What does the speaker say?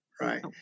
Right